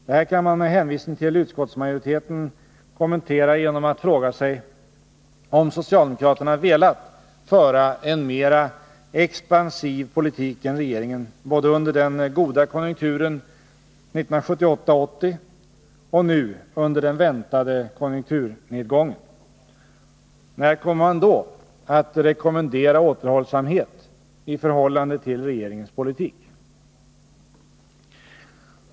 Det här kan man med hänvisning till utskottsmajoriteten kommentera genom att fråga sig: Om socialdemokraterna velat föra en mer expansiv politik än regeringen både under den goda konjunkturen 1978-1980 och nu under den väntade konjunkturnedgången, när kommer man då att rekommendera återhållsamhet i förhållande till regeringens politik?